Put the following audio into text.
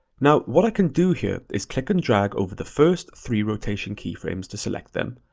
now, what i can do here is click and drag over the first three rotation keyframes to select them,